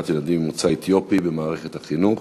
ילדים ממוצא אתיופי במערכת החינוך.